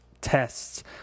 tests